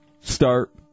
start